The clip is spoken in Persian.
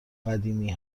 قدیمی